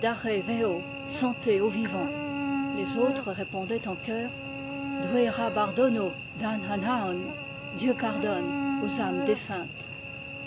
aux vivants les autres répondaient en coeur doué ra bardono d'an anaôn dieu pardonne aux âmes